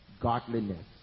godliness